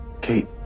Kate